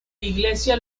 iglesia